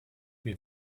wir